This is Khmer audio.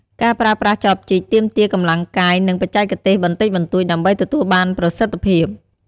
ការប្រើប្រាស់ចបជីក ទាមទារកម្លាំងកាយ និងបច្ចេកទេសបន្តិចបន្តួច ដើម្បីទទួលបានប្រសិទ្ធភាព។